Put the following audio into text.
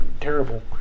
terrible